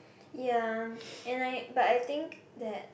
ya and I but I think that